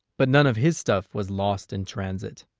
but none of his stuff was lost in transit.